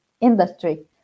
industry